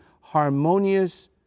harmonious